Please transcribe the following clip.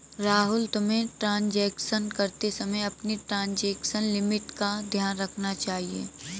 राहुल, तुम्हें ट्रांजेक्शन करते समय अपनी ट्रांजेक्शन लिमिट का ध्यान रखना चाहिए